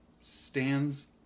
stands